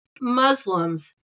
Muslims